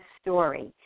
story